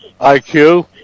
IQ